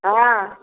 हाँ